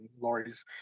lorries